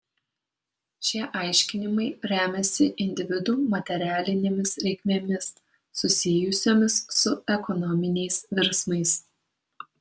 šie aiškinimai remiasi individų materialinėmis reikmėmis susijusiomis su ekonominiais virsmais